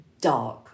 dark